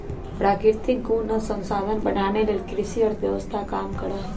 प्राकृतिक गुण आ संसाधन बढ़ाने लेल कृषि अर्थव्यवस्था काम करहइ